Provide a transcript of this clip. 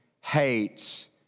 hates